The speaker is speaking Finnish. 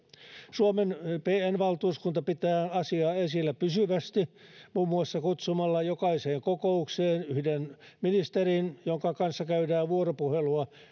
suomen pn valtuuskunta pitää asiaa esillä pysyvästi muun muassa kutsumalla jokaiseen kokoukseen yhden ministerin jonka kanssa käydään vuoropuhelua